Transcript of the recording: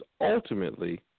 ultimately